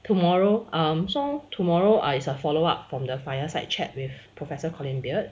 tomorrow um so tomorrow I shall follow up from the fireside chat with professor colin beard